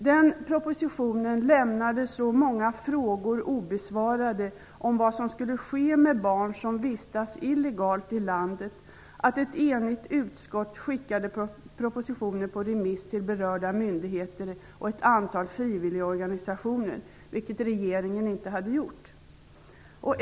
Den propositionen lämnade så många frågor obesvarade om vad som skulle ske med barn som vistas illegalt i landet att ett enigt utskott skickade propositionen på remiss till berörda myndigheter och ett antal frivilligorganisationer, något som regeringen inte hade gjort.